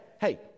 hey